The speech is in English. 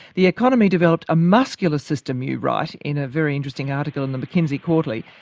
the economy developed a muscular system you write in a very interesting article in the mckinsey quarterly,